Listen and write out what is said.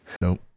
Nope